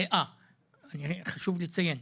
חשוב לציין,